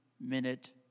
minute